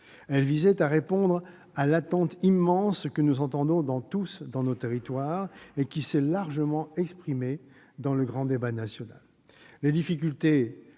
Elle visait à répondre à l'attente immense que nous entendons tous dans nos territoires et qui s'est largement exprimée lors du grand débat national.